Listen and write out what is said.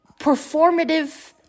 performative